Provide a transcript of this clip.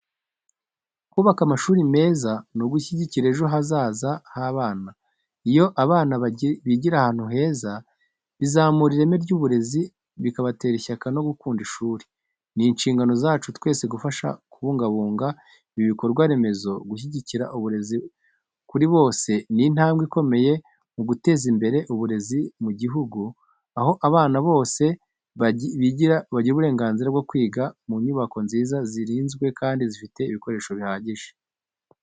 Kubaka amashuri meza ni ugushyigikira ejo hazaza h’abana. Iyo abana bigira ahantu heza, bizamura ireme ry’uburezi, bikabatera ishyaka no gukunda ishuri. Ni inshingano zacu twese gufasha mu kubungabunga ibi bikorwa remezo no gushyigikira uburezi kuri bose, ni intambwe ikomeye mu guteza imbere uburezi mu gihugu, aho abana bose bagira uburenganzira bwo kwiga mu nyubako nziza, zirinzwe kandi zifite ibikoresho bihagije.